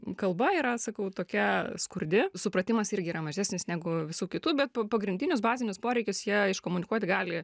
kalba yra sakau tokia skurdi supratimas irgi yra mažesnis negu visų kitų bet pa pagrindinius bazinius poreikius jie iškomunikuot gali